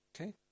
Okay